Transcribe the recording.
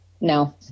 no